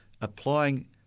applying